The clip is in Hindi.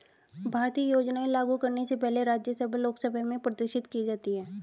भारतीय योजनाएं लागू करने से पहले राज्यसभा लोकसभा में प्रदर्शित की जाती है